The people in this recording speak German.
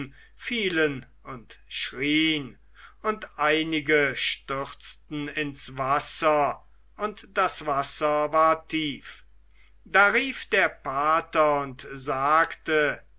fielen und schrien und einige stürzten ins wasser und das wasser war tief da rief der pater und sagte